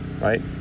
right